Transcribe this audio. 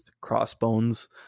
crossbones